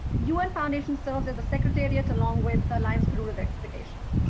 un foundation serves as the secretariat along with the alliance for rural electrification.